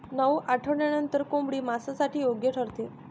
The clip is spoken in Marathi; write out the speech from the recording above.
नऊ आठवड्यांनंतर कोंबडी मांसासाठी योग्य ठरते